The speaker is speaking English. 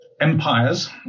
empires